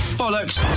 bollocks